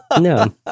no